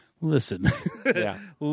listen